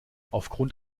aufgrund